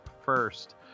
first